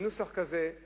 בנוסח כזה או